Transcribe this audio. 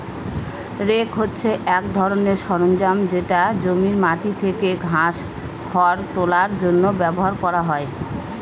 rake হছে এক ধরনের সরঞ্জাম যেটা জমির মাটি থেকে ঘাস, খড় তোলার জন্য ব্যবহার করা হয়